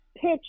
pitch